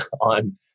on